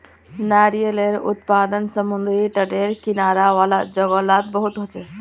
नारियालेर उत्पादन समुद्री तटेर किनारा वाला जोगो लात बहुत होचे